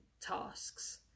tasks